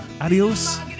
adios